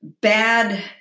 bad